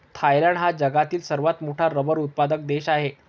Thailand हा जगातील सर्वात मोठा रबर उत्पादक देश आहे